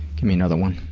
give me another one.